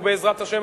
ובעזרת השם,